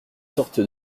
sortes